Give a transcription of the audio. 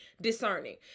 Discerning